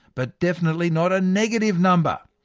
but definitely not a negative number.